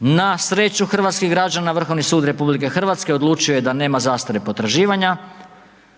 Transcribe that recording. Na sreću hrvatskih građana, Vrhovni sud RH odlučio je da nema zastare potraživanja